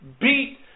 beat